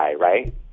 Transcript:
right